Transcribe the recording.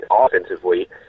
offensively